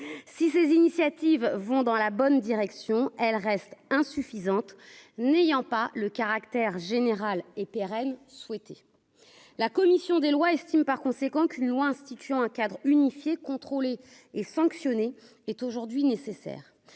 si ces initiatives vont dans la bonne direction, elle, reste insuffisante, n'ayant pas le caractère général et pérenne souhaité la commission des lois, estime par conséquent qu'une loi instituant un cadre unifié contrôler et sanctionner est aujourd'hui nécessaire,